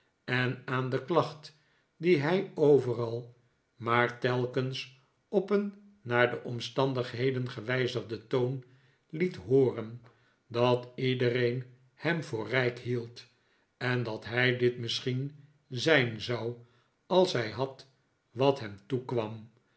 en aan de klacht die hij overal maar telkens op een naar de omstandigheden gewijzigden toon liet hooren dat iedereen hem voor rijk hield en dat hij dit misschien zijn zou als hij had wat hem toekwam